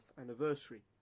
anniversary